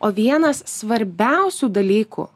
o vienas svarbiausių dalykų